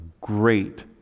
great